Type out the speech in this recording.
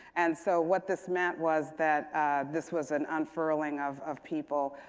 and so what this meant was that this was an unfurling of of people,